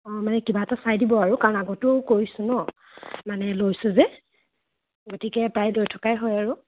অ' মানে কিবা এটা চাই দিব আৰু কাৰণ আগতেও কৰিছোঁ ন মানে লৈছোঁ যে গতিকে প্ৰায় লৈ থকাই হয় আৰু